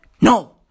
No